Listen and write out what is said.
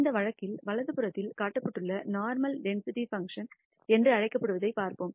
இந்த வழக்கில் வலதுபுறத்தில் காட்டப்பட்டுள்ள நோர்மல் டென்சிட்டி பங்க்ஷன் என்று அழைக்கப்படுவதைப் பார்ப்போம்